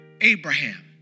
Abraham